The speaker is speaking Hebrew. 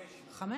חמש.